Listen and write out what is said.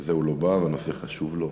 בגלל זה הוא לא בא והנושא חשוב לו.